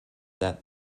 that